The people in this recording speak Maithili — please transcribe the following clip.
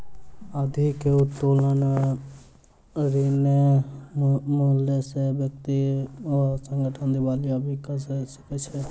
अधिक उत्तोलन ऋण मूल्य सॅ व्यक्ति वा संगठन दिवालिया भ सकै छै